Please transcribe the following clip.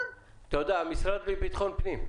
המשרד לביטחון פנים.